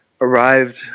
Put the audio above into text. arrived